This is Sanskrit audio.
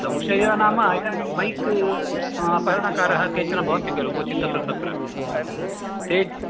संशयो नाम इदानीं बैक् अपहरणकाराः केचन भवन्ति खलु क्वचित् तत्र तत्र ते